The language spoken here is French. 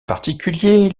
particulier